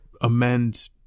amend